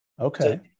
Okay